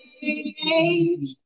change